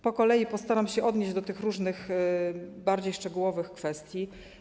Po kolei postaram się odnieść do tych różnych bardziej szczegółowych kwestii.